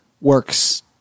works